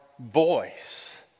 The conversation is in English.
voice